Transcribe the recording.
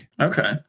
Okay